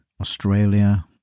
Australia